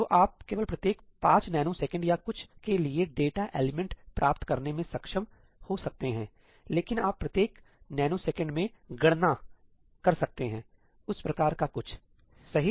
तो आप केवल प्रत्येक 5 नैनोसेकंड या कुछ के लिए एक डेटा एलिमेंट प्राप्त करने में सक्षम हो सकते हैं लेकिन आप प्रत्येक नैनोसेकंड में गणना कंप्यूट कर सकते हैं उस प्रकार का कुछ सही